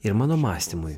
ir mano mąstymui